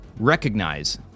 Recognize